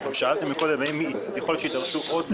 שאלתם קודם האם יכול להיות שיידרשו עוד השקעות.